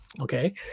Okay